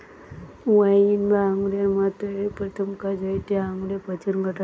wine বা আঙুরের মদ তৈরির প্রথম কাজ হয়টে আঙুরে পচন ঘটানা